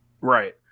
Right